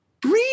Breathe